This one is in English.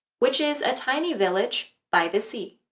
which is a tiny village by the sea.